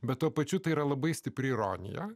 bet tuo pačiu tai yra labai stipri ironija